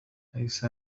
ليس